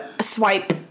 swipe